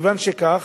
כיוון שכך,